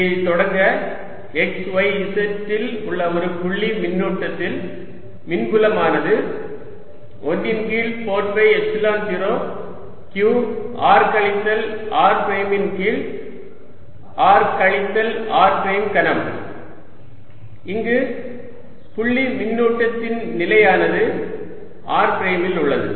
இதைத் தொடங்க x y z இல் உள்ள ஒரு புள்ளி மின்னூட்டத்தில் மின்புலமானது 1 ன் கீழ் 4 பை எப்சிலான் 0 q r கழித்தல் r பிரைமின் கீழ் r கழித்தல் r பிரைம் கனம் இங்கு புள்ளி மின்னூட்டத்தின் நிலையானது r பிரைமில் உள்ளது